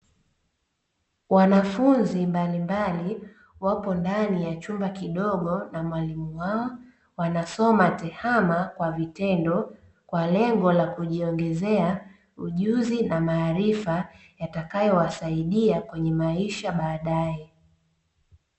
Wanafunzi mbalimbali wapo ndani ya chumba kidogo na mwalimu wao, wanasoma tehama kwa vitendo kwa leng la kujiongezea ujuzi na maarifa, yatakayo wasaidia kwenye maisha baadae.